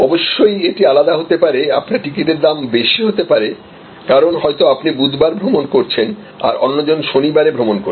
অবশ্যই এটি আলাদা হতে পারেআপনার টিকিটের দাম বেশি হতে পারে কারণ আপনি বুধবার ভ্রমণ করছেন আর অন্যজন শনিবারে ভ্রমণ করছেন